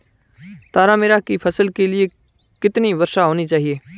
तारामीरा की फसल के लिए कितनी वर्षा होनी चाहिए?